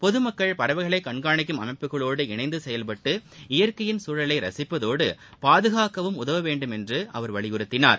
பொதுமக்கள் பறவைகளைகண்காணிக்கும் அமைப்புகளோடு இணைந்துசெயல்பட்டு இயற்கையின் சூழலைசிப்பதோடு பாதுகாக்கவும் உதவவேண்டும் என்றுவலியுறுத்தினார்